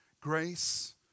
Grace